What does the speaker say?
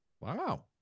Wow